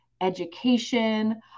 education